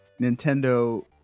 Nintendo